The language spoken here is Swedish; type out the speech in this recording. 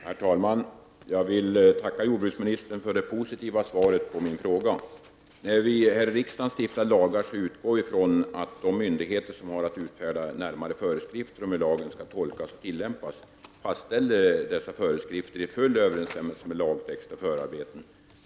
Herr talman! Jag vill tacka jordbruksministern för det positiva svaret på min fråga. När vi här i riksdagen stiftar lagar utgår vi från att de myndigheter som har att utfärda närmare föreskrifter om hur lagen skall tolkas och tillämpas fastställer dessa föreskrifter i full överensstämmelse med lagtext och förarbe ten.